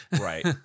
Right